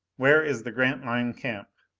where is the grantline camp?